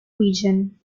region